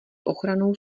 ochranou